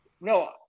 No